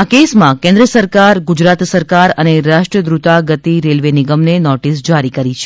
આ કેસમાં કેન્દ્ર સરકાર ગુજરાત સરકાર અને રાષ્ટ્રીય દ્રુતા ગતિ રેલવે નિગમને નોટીસ જારી કરી છે